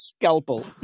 scalpel